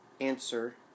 answer